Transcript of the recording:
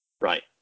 Right